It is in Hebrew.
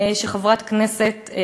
שחברת כנסת,